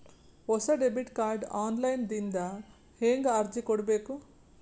ಹೊಸ debit card online ದಿಂದ ಹೇಂಗ ಅರ್ಜಿ ಕೊಡಬೇಕು?